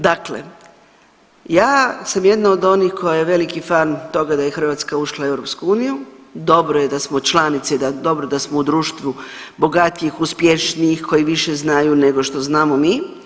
Dakle, ja sam jedna od onih koja je veliki fan toga da je Hrvatska ušla u EU, dobro je da smo članica i dobro je da smo u društvu bogatijih, uspješnijih, koji više znaju nego što znamo mi.